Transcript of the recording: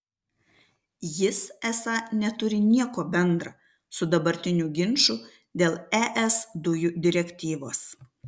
jis esą neturi nieko bendra su dabartiniu ginču dėl es dujų direktyvos